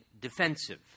defensive